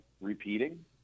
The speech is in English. repeating